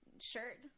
shirt